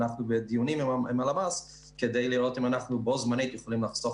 ואנחנו בדיונים עם הלמ"ס כדי לראות אם אנחנו בו-זמנית יכולים לחסוך